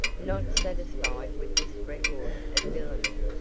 not satisfied with this record of villainy,